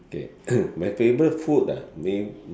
okay my favourite food ah may